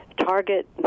target